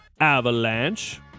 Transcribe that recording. Avalanche